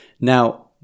Now